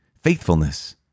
faithfulness